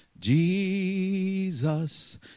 Jesus